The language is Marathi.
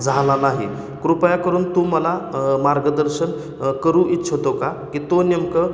झाला नाही कृपया करून तू मला मार्गदर्शन करू इच्छितो का की तो नेमकं